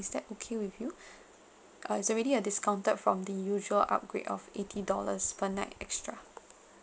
is that okay with you uh is already a discounted from the usual upgrade of eighty dollars per night extra